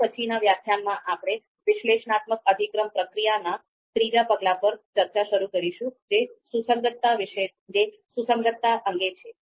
હવે પછીનાં વ્યાખ્યાનમાં આપણે વિશ્લેષણાત્મક અધિક્રમ પ્રક્રિયાના Analytic Hierarchy Process ત્રીજા પગલા પર ચર્ચા શરૂ કરીશું જે સુસંગતતા અંગે છે